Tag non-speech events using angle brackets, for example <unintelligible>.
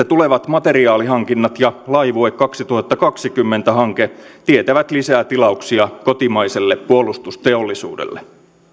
<unintelligible> tulevat materiaalihankinnat ja laivue kaksituhattakaksikymmentä hanke tietävät lisää tilauksia kotimaiselle puolustusteollisuudelle